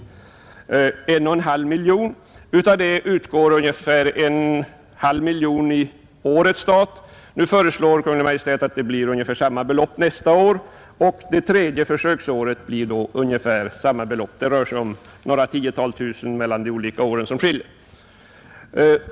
Beloppet var 1 1 2 miljon i årets stat. Kungl. Maj:t föreslår nu att ungefär samma belopp skall utgå nästa år, och för det tredje försöksåret blir beloppet i stort sett detsamma. Det rör sig bara om en skillnad på något tiotal tusen kronor mellan de olika åren.